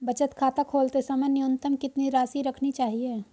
बचत खाता खोलते समय न्यूनतम कितनी राशि रखनी चाहिए?